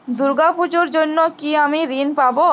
দুর্গা পুজোর জন্য কি আমি ঋণ পাবো?